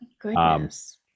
Goodness